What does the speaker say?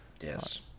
Yes